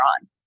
on